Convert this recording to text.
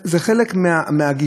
צריך לעשות הכול כדי שלא יקבל.